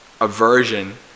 aversion